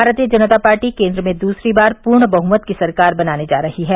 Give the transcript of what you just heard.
भारतीय जनता पार्टी केन्द्र में दूसरी बार पूर्ण बहुमत की सरकार बनाने जा रही है